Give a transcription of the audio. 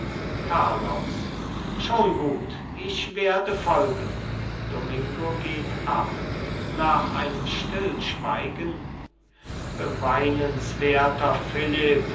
carlos schon gut ich werde folgen domingo geht ab nach einem stillschweigen